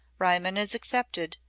riemann is excepted,